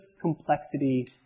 complexity